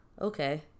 Okay